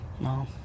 No